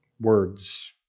Words